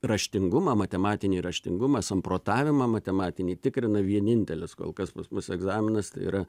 raštingumą matematinį raštingumą samprotavimą matematinį tikrina vienintelis kol kas pas mus egzaminas tai yra